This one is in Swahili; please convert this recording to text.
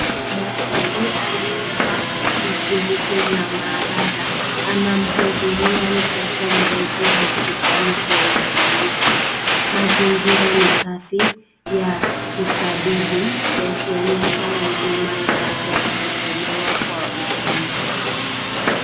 Daktari aliyevaa koti jeupe la maabara anamhudumia mtoto mdogo hospitali kwa uangalifu. Mazingira ni safi ya kitabibu yakionyesha huduma ya afya ikitolewa kwa upendo.